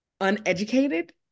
uneducated